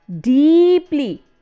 deeply